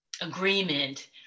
agreement